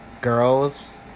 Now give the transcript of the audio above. Girls